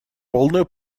полную